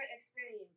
experience